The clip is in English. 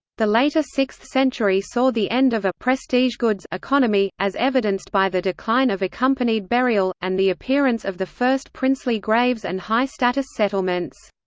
the later sixth century saw the end of a prestige goods economy, as evidenced by the decline of accompanied burial, and the appearance of the first princely graves and high-status settlements.